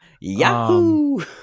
Yahoo